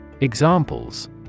Examples